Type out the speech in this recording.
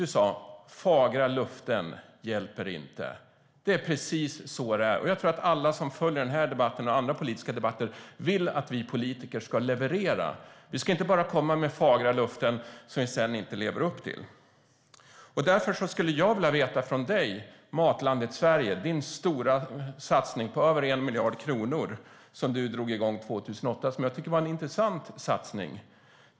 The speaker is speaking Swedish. Du sa: Fagra löften hjälper inte. Det är precis så det är. Jag tror att alla som följer den här debatten och andra politiska debatter vill att vi politiker ska leverera. Vi ska inte bara komma med fagra löften, som vi sedan inte lever upp till. Matlandet Sverige var din stora satsning på över 1 miljard kronor, som du drog igång 2008 - jag tycker att det var en intressant satsning.